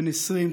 בן 20,